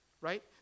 right